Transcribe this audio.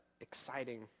exciting